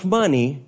money